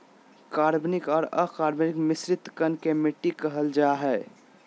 कार्बनिक आर अकार्बनिक मिश्रित कण के मिट्टी कहल जा हई